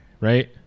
right